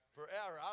Forever